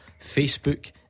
Facebook